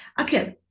okay